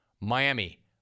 Miami